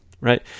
right